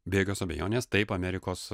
be jokios abejonės taip amerikos